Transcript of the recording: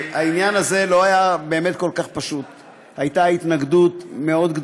העניין הזה באמת לא היה כל כך פשוט.